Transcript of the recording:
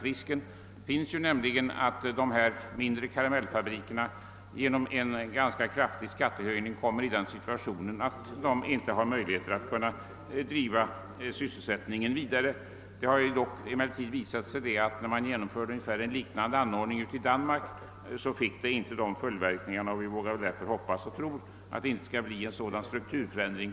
Det finns nämligen risk för att de mindre karamelifabrikerna genom en ganska kraftig skattehöjning kommer i den situationen att de inte har möjlighet att driva sysselsättningen vidare. Det har emellertid visat sig, att det, när man genomförde en liknande anordning i Danmark, inte fick de följdverkningarna. Vi vågar därför hoppas och tro att det inte skall bli en sådan strukturförändring.